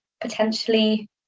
potentially